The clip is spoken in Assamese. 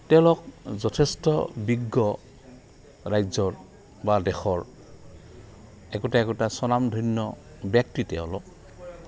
তেওঁলোক যথেষ্ট বিজ্ঞ ৰাজ্যৰ বা দেশৰ একোটা একোটা স্বনামধন্য ব্যক্তি তেওঁলোক